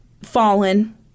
fallen